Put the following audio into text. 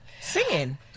Singing